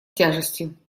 тяжестью